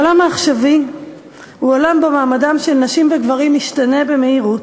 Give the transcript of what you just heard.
העולם העכשווי הוא עולם שבו מעמדם של נשים וגברים משתנה במהירות,